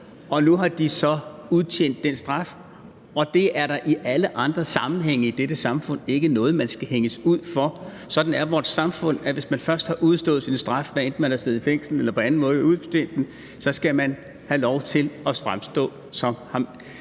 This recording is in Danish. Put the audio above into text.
og nu har de så udstået deres straf. Det er da i alle andre sammenhænge i dette samfund ikke noget, man skal hænges ud for. Vores samfund er sådan, at hvis man først har udstået sin straf, hvad enten man har siddet i fængsel eller på anden måde har udstået den, skal man have lov til at fremstå fri, kan